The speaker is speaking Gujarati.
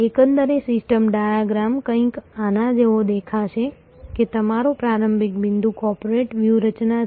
એકંદર સિસ્ટમ ડાયાગ્રામ કંઈક આના જેવો દેખાશે કે તમારો પ્રારંભિક બિંદુ કોર્પોરેટ વ્યૂહરચના છે